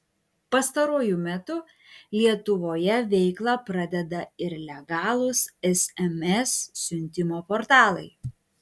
pastaruoju metu lietuvoje veiklą pradeda ir legalūs sms siuntimo portalai